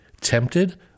tempted